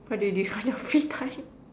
what do you do on your free time